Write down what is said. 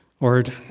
Lord